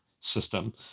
system